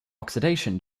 oxidation